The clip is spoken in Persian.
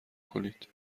کنید